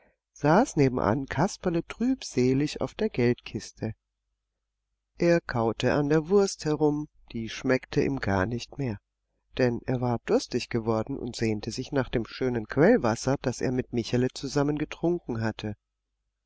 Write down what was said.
saß nebenan kasperle trübselig auf der geldkiste er kaute an der wurst herum die schmeckte ihm gar nicht mehr denn er war durstig geworden und sehnte sich nach dem schönen quellwasser das er mit michele zusammen getrunken hatte